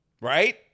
Right